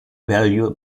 value